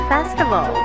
Festival